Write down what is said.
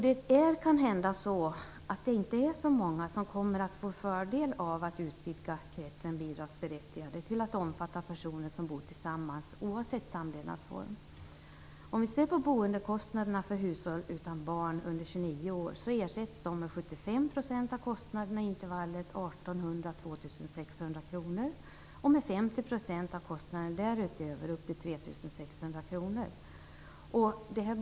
Det är kanhända inte så många som kommer att få fördel av att kretsen bidragsberättigade utvidgas till att omfatta personer som bor tillsammans oavsett samlevnadsform. Om vi ser på boendekostnaderna för hushåll utan barn under 29 år ersätts de med 75 % av kostnaderna i intervallet 1 800-2 600 kr och med 50 % av kostnaderna därutöver upp till 3 600 kr.